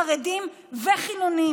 חרדים וחילונים.